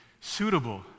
suitable